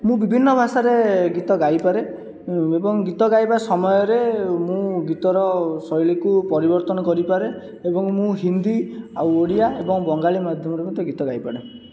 ମୁଁ ବିଭିନ୍ନ ଭାଷାରେ ଗୀତ ଗାଇ ପାରେ ଏବଂ ଗୀତ ଗାଇବା ସମୟରେ ମୁଁ ଗୀତର ଶୈଳୀକୁ ପରିବର୍ତ୍ତନ କରିପାରେ ଏବଂ ମୁଁ ହିନ୍ଦୀ ଆଉ ଓଡ଼ିଆ ଏବଂ ବଙ୍ଗାଳି ମାଧ୍ୟମରେ ମଧ୍ୟ ଗୀତ ଗାଇପାଡ଼େ